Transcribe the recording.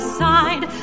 side